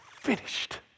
finished